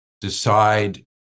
decide